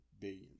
billion